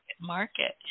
market